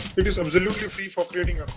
it is absolutely free for creating